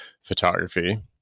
photography